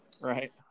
Right